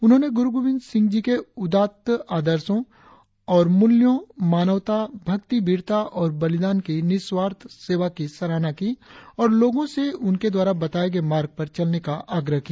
उन्होंने गुरु गोविंद सिंह जी के उदात्त आदर्शो और मूल्यों मानवता भक्ति वीरता और बलिदान की निस्वार्थ सेवा की सराहना की और लोगो से उनके द्वारा बताये मार्ग पर चलने का आग्रह किया